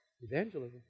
Evangelism